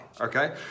okay